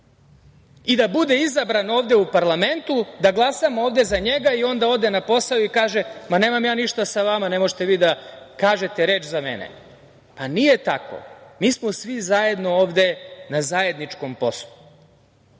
i da bude izabran ovde u parlamentu, da glasamo ovde za njega i onda ode na posao i kaže – ma, nemam ja ništa sa vama, ne možete vi da kažete reč za mene. Pa, nije tako. Mi smo svi zajedno ovde na zajedničkom poslu. Mislim